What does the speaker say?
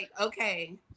Okay